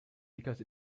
because